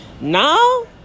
Now